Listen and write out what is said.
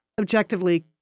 objectively